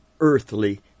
earthly